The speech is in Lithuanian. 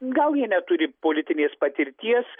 gal jie neturi politinės patirties